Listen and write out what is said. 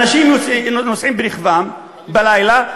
אנשים נוסעים ברכבם בלילה,